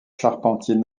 charpentiers